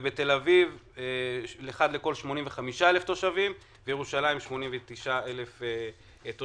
בתל אביב אחד לכל 85,000 תושבים ובירושלים אחד לכל 89,000 תושבים,